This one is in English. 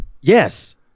Yes